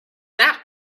that